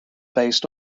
based